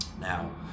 Now